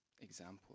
example